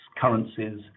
currencies